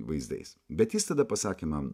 vaizdais bet jis tada pasakė man